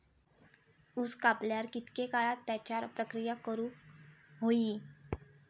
ऊस कापल्यार कितके काळात त्याच्यार प्रक्रिया करू होई?